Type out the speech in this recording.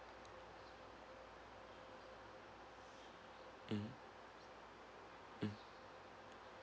mmhmm mm